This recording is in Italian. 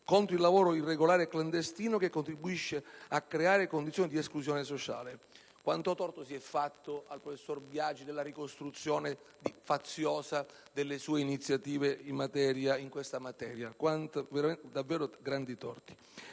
contro il lavoro irregolare e clandestino che contribuisce a creare condizioni di esclusione sociale. Quanto torto si è fatto al professor Biagi nella ricostruzione faziosa delle sue iniziative in questa materia, davvero grandi torti!